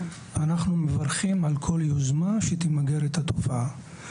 אנחנו מברכים על כל יוזמה שתמגר את התופעה.